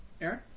Aaron